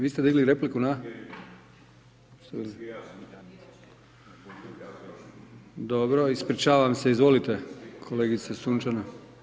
Vi ste digli repliku na? … [[Upadica se ne čuje.]] Dobro ispričavam se, izvolite kolegice Sunčana.